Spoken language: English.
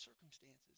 circumstances